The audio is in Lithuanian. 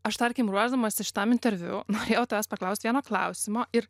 aš tarkim ruošdamasi šitam interviu norėjau tavęs paklausti vieno klausimo ir